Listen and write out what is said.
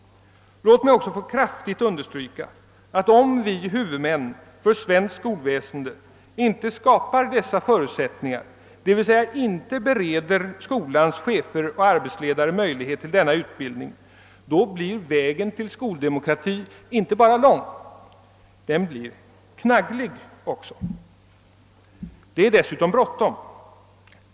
Låt mig också kraftigt understryka att om vi huvudmän för svenskt skolväsende inte skapar dessa förutsättningar — d.v.s. inte bereder skolans chefer och arbetsledare möjlighet till denna utbildning — blir vägen till skoldemokratin inte bara lång utan också knagglig. Det är dessutom bråttom.